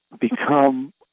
become